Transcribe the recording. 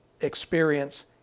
experience